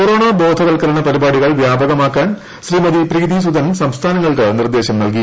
corona ബോധ്പത്കരണ പരിപാടികൾ വ്യാപകമാക്കാൻ ശ്രീമതി പ്രീതി സുതൻ സംസ്ഥാനങ്ങൾക്ക് നിർദേശം നൽകി